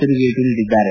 ತಿರುಗೇಟು ನೀಡಿದ್ದಾರೆ